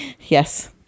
yes